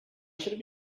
should